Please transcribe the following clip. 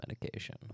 medication